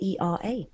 era